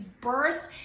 burst